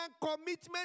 commitment